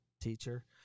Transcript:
teacher